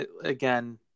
again